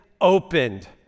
opened